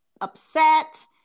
upset